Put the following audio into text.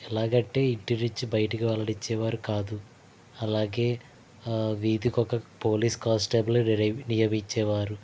ఎలాగంటే ఇంటి నుంచి బయటికి వెళ్లనిచ్చేవారు కాదు అలాగే వీధికొక పోలీస్ కానిస్టేబుల్ నియమించేవారు